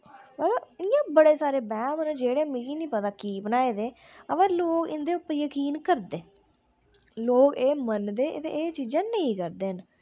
मतलव इयां बड़े सारे बैह्म न जेह्ड़े मिगी नी पता की बनाए दे अवा लोक इं'दे उप्पर ज़कीन करदे लोग एह् मनदे ते एह् चीज़ां नेईं करदे न